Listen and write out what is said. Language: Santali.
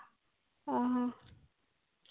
ᱚᱻ